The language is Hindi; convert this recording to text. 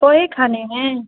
पोहे खाने हैं